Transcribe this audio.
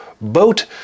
Boat